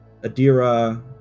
Adira